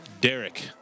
derek